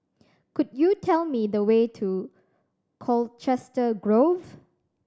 could you tell me the way to Colchester Grove